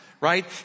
right